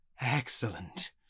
Excellent